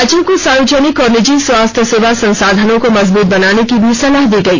राज्यों को सार्वजनिक और निजी स्वास्थ्य सेवा संसाधनों को मजबूत बनाने की भी सलाह दी गई